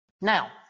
Now